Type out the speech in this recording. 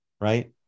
right